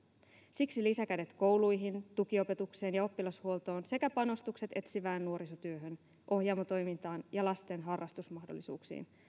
siksi lisäkädet kouluihin tukiopetukseen ja oppilashuoltoon sekä panostukset etsivään nuorisotyöhön ohjaamo toimintaan ja lasten harrastusmahdollisuuksiin